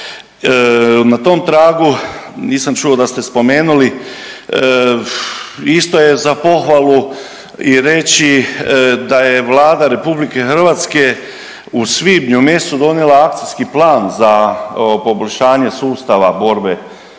Na tom tragu nisam čuo da ste spomenuli, isto je za pohvalu i reći da je Vlada RH u svibnju mjesecu donijela akcijski plan za poboljšanje sustava borbe i